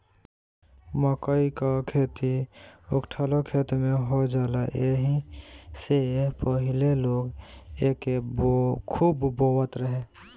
मकई कअ खेती उखठलो खेत में हो जाला एही से पहिले लोग एके खूब बोअत रहे